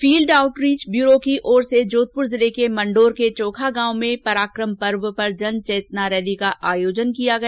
field outreach bureau की ओर से जोधपुर जिले के मण्डोर के चौखा गांव में पराकम पर्व पर जन चेतना रैली का आयोजन किया गया